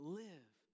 live